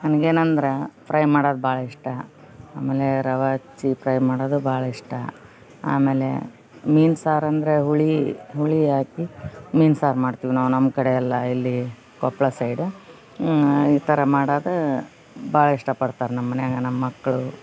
ನನ್ಗೇನು ಅಂದ್ರಾ ಫ್ರೈ ಮಾಡೋದು ಭಾಳ ಇಷ್ಟ ಆಮೇಲೆ ರವ ಅಚ್ಚಿ ಪ್ರೈ ಮಾಡೋದು ಭಾಳ ಇಷ್ಟ ಆಮೇಲೆ ಮೀನು ಸಾರು ಅಂದರೆ ಹುಳಿ ಹುಳಿ ಆಕಿ ಮೀನು ಸಾರ್ ಮಾಡ್ತಿವಿ ನಾವು ನಮ್ಮ ಕಡೆ ಎಲ್ಲ ಇಲ್ಲಿ ಕೊಪ್ಪಳ ಸೈಡ್ ಈ ಥರ ಮಾಡದು ಭಾಳ್ ಇಷ್ಟ ಪಡ್ತರೆ ನಮ್ಮನ್ಯಾಗ ನಮ್ಮಕ್ಕಳು